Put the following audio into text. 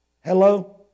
Hello